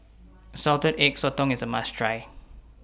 Salted Egg Sotong IS A must Try